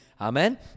Amen